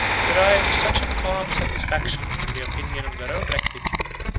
derived such a calm satisfaction from the opinion of their own rectitude,